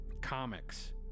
comics